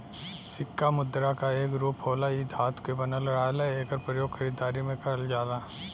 सिक्का मुद्रा क एक रूप होला इ धातु क बनल रहला एकर प्रयोग खरीदारी में करल जाला